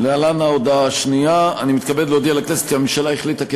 להלן ההודעה השנייה: אני מתכבד להודיע לכנסת כי הממשלה החליטה כדלקמן: